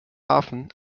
hafen